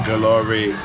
glory